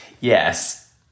Yes